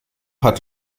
hat